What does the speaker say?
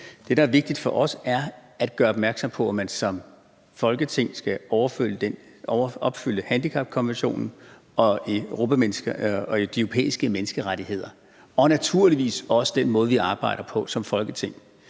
Det, der er vigtigt for os at gøre opmærksom på, er, at vi som Folketing skal opfylde handicapkonventionen og de europæiske menneskerettigheder, og naturligvis også leve op til dem i den måde, vi arbejder på som Folketing.